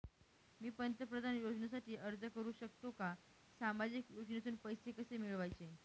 मी पंतप्रधान योजनेसाठी अर्ज करु शकतो का? सामाजिक योजनेतून पैसे कसे मिळवायचे